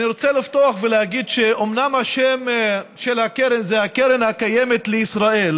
אני רוצה לפתוח ולהגיד שאומנם השם של הקרן זה קרן הקיימת לישראל,